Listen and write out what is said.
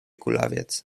kulawiec